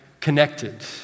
connected